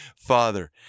Father